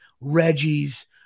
Reggie's